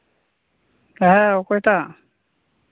ᱦᱮᱸ ᱚᱠᱚᱭᱴᱟᱜ